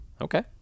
Okay